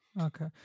Okay